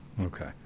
okay